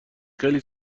خیلی